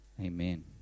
amen